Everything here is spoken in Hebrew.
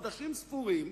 חודשים ספורים,